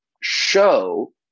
show